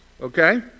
okay